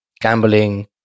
gambling